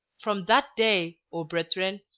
from that day, o brethren,